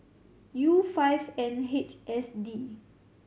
U five N H S D